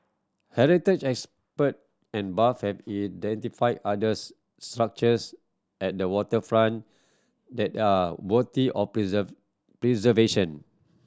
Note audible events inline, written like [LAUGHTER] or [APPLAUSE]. heritage expert and buff have identified others structures at the waterfront that are worthy of [UNINTELLIGIBLE] preservation